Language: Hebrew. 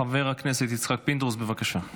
חבר הכנסת יצחק פינדרוס, בבקשה.